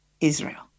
Israel